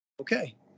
Okay